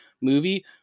movie